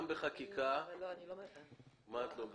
גם בחקיקה --- אני לא מבינה --- מה את לא מבינה?